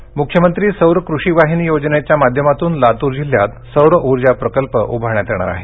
लातर मुख्यमंत्री सौर कृषि वाहिनी योजनेच्या माध्यमातून लातूर जिल्ह्यात सौर ऊर्जा प्रकल्प उभारण्यात येणार आहे